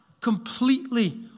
completely